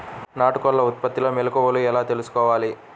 నాటుకోళ్ల ఉత్పత్తిలో మెలుకువలు ఎలా తెలుసుకోవాలి?